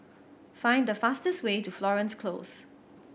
find the fastest way to Florence Close